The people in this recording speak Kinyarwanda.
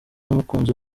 n’umukunzi